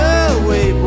away